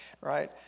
right